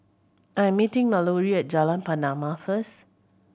I'm meeting Malorie Jalan Pernama first